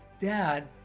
dad